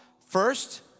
first